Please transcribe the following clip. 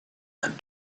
and